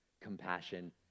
compassion